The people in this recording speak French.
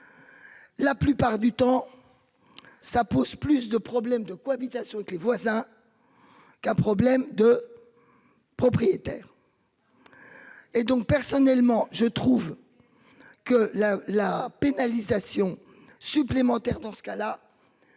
La plupart du temps. Ça pose plus de problèmes de cohabitation avec les voisins. Qu'un problème de. Propriétaires. Et donc personnellement, je trouve. Que la la pénalisation supplémentaire dans ce cas-là.